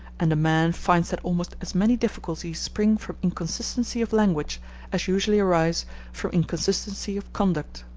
and a man finds that almost as many difficulties spring from inconsistency of language as usually arise from inconsistency of conduct.